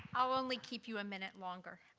um only keep you a minute longer.